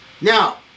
Now